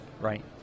right